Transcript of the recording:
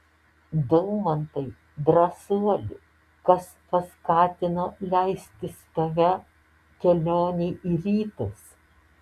daumantai drąsuoli kas paskatino leistis tave kelionei į rytus